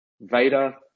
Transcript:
Vader